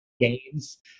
games